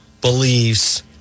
believes